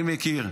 אני מכיר.